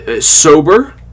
sober